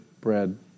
bread